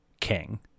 King